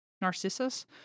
Narcissus